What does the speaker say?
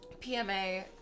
PMA